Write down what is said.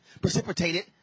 precipitated